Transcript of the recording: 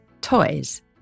toys